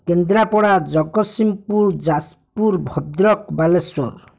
Kendrapara Jagatsinghpur Jajpur Bhadrak Baleswar